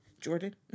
Jordan